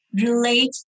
relate